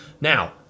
Now